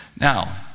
Now